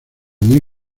muy